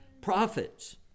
prophets